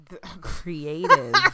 creative